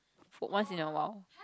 for once in a while